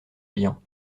clients